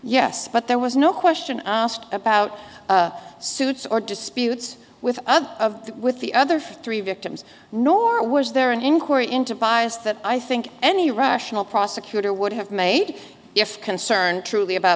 yes but there was no question asked about suits or disputes with other with the other three victims nor was there an inquiry into bias that i think any rational prosecutor would have made if concern truly about